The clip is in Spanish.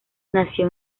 nació